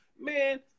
Man